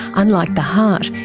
unlike the heart,